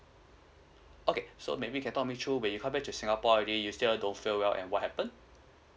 okay so maybe can talk me through when you come back to singapore already you still don't feel well and what happen